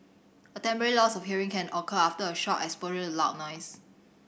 a temporary loss of hearing can occur after a short exposure to loud noise